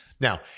now